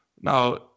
Now